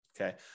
okay